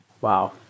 Wow